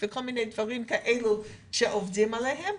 וכל מיני דברים כאלה שעובדים עליהם,